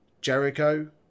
Jericho